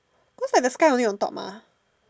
cause like the sky only on top mah